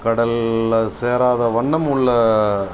கடலில் சேராத வண்ணமுள்ள